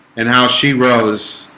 and how she rose